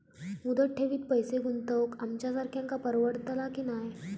मुदत ठेवीत पैसे गुंतवक आमच्यासारख्यांका परवडतला की नाय?